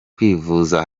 kwivuza